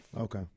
Okay